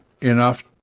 enough